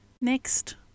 Next